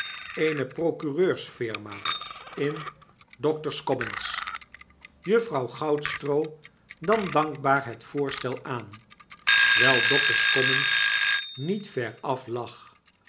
eene procureursfirma in doctor's commons juffrouw goudstroo nam dankbaar het voorstel aan wyl doctor's commons niet veraf lag